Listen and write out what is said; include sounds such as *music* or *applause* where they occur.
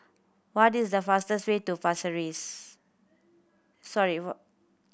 what is the fastest way to *unintelligible*